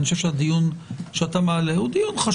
אני חושב שהדיון שאתה מעל הוא חשוב.